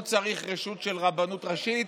לא צריך רשות של רבנות ראשית,